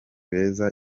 beza